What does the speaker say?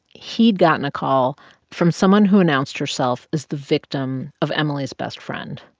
he'd gotten a call from someone who announced herself as the victim of emily's best friend.